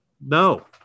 No